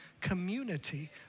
community